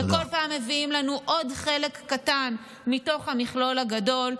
שכל פעם מביאים לנו עוד חלק קטן מתוך המכלול הגדול,